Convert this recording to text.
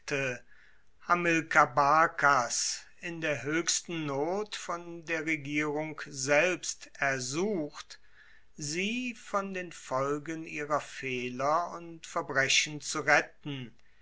hamilkar barkas in der hoechsten not von der regierung selbst ersucht sie von den folgen ihrer fehler und verbrechen zu retten